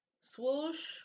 Swoosh